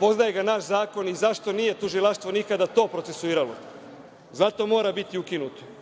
poznaje ga naš zakon i zašto nije tužilaštvo nikada to procesuiralo? Zašto mora biti ukinuto? Sada